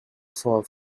for